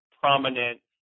prominent